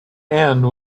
end